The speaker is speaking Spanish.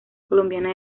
colombiana